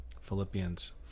philippians